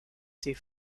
ses